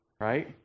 Right